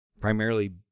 primarily